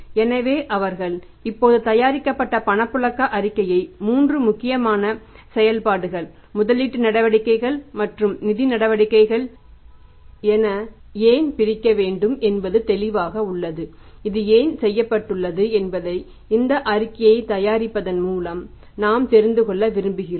எனவே அவர்கள் இப்போது தயாரிக்கப்பட்ட பணப்புழக்க அறிக்கையை 3 முக்கியமான செயல்பாடுகள் முதலீட்டு நடவடிக்கைகள் மற்றும் நிதி நடவடிக்கைகள் என ஏன் பிரிக்க வேண்டும் என்பது தெளிவாக உள்ளது இது ஏன் செய்யப்பட்டுள்ளது என்பதை இந்த அறிக்கையை தயாரிப்பதன் மூலம் நாம் தெரிந்து கொள்ள விரும்புகிறோம்